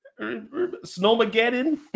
Snowmageddon